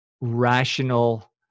rational